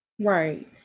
right